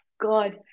God